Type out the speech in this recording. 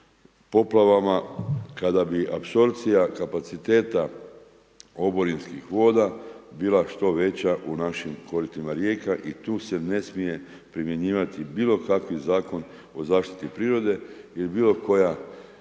poplavama kada bi apsorpcija kapaciteta oborinskih voda bila što veća u našim koritima rijeka i tu se ne smije primjenjivati bilo kakav zakon o zaštiti prirode ili bilo koja